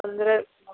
पंद्रह सौ